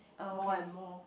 more and more